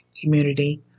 community